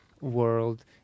world